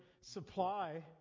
supply